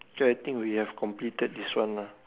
K I think we have completed this one lah